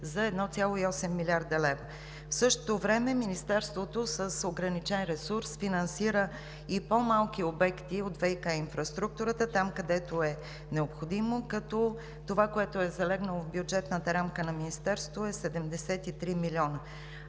за 1,8 млрд. лв. В същото време Министерството с ограничен ресурс финансира и по-малки обекти от ВиК инфраструктурата, където е необходимо, като това, което е залегнало в бюджетната рамка на Министерството, е 73 млн.